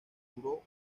duró